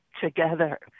together